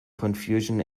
confusion